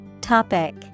Topic